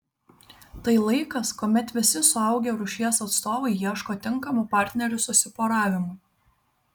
tai laikas kuomet visi suaugę rūšies atstovai ieško tinkamų partnerių susiporavimui